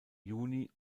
juni